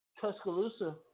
Tuscaloosa